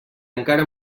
encara